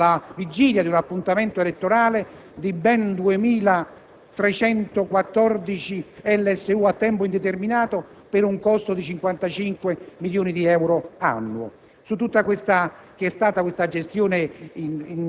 è la famosa assunzione nel 2001, vale a dire alla vigilia di un appuntamento elettorale, di ben 2.314 LSU a tempo indeterminato, per un costo di 55 milioni di euro annui.